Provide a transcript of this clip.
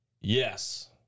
yes